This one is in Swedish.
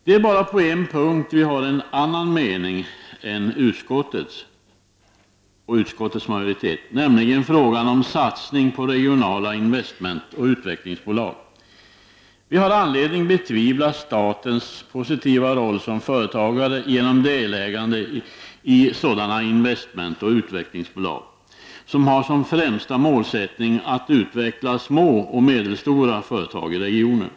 Det är bara på en punkt vi har en annan mening än utskottets majoritet, nämligen när det gäller frågan om satsning på regionala investmentoch utvecklingsbolag. Vi har anledning att betvivla statens positiva roll som företagare genom delägande i sådana investmentoch utvecklingsbolag som har som främsta målsättning att utveckla små och medelstora företag i regionen.